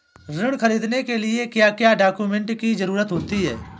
ऋण ख़रीदने के लिए क्या क्या डॉक्यूमेंट की ज़रुरत होती है?